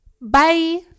bye